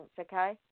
okay